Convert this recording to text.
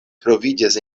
troviĝas